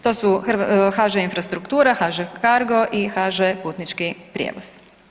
To su HŽ infrastruktura, HŽ cargo i HŽ putnički prijevoz.